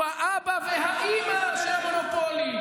הוא האבא והאימא של המונופולים.